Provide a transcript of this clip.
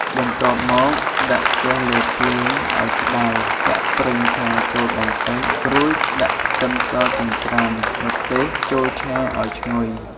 បន្ទាប់មកដាក់ខ្ទះលើភ្លើងឱ្យក្តៅ ចាក់ប្រេងឆាចូលបន្តិច រួចដាក់ខ្ទឹមសចិញ្ច្រាំ ម្ទេសចូលឆាឱ្យឈ្ងុយ។